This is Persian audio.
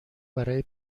برای